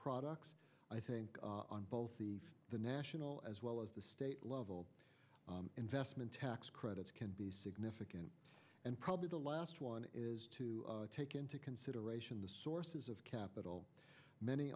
products i think on both the national as well as the state level investment tax credits can be significant and probably the last one is to take into consideration the sources of capital many